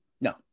No